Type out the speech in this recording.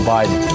Biden